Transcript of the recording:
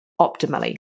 optimally